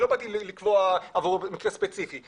אני לא באתי לקבוע מקרה ספציפי,